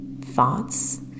thoughts